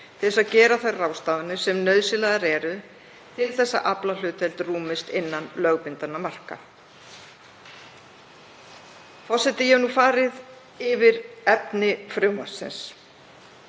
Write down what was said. þess að gera þær ráðstafanir sem nauðsynlegar eru til þess að aflahlutdeild rúmist innan lögbundinna marka. Forseti. Ég hef nú farið yfir efni frumvarpsins.